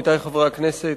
עמיתי חברי הכנסת,